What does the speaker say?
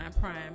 prime